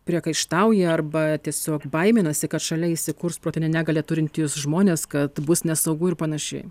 priekaištauja arba tiesiog baiminasi kad šalia įsikurs protinę negalią turintys žmonės kad bus nesaugu ir panašiai